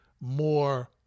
more